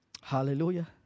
Hallelujah